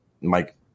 Mike